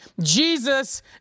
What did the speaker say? Jesus